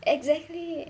exactly